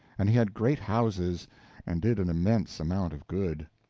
and he had great houses and did an immense amount of good.